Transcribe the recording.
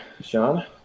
Sean